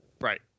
Right